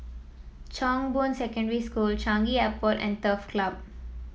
Chong Boon Secondary School Changi Airport and Turf Club